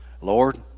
Lord